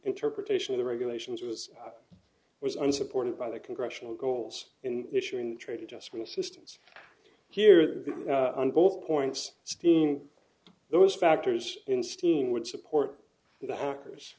interpretation of the regulations was was unsupported by the congressional goals in issuing trade adjustment assistance here that on both points steam those factors in steam would support the hackers